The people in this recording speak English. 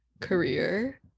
career